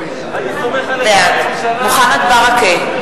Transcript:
בעד מוחמד ברכה,